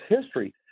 history